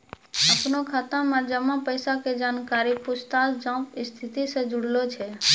अपनो खाता मे जमा पैसा के जानकारी पूछताछ जांच स्थिति से जुड़लो छै